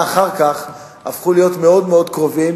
אחר כך הפכו להיות מאוד מאוד קרובים.